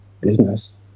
business